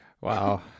Wow